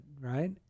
right